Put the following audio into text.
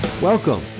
Welcome